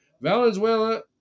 Valenzuela